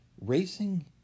racing